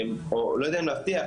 או לא יודע אם להבטיח,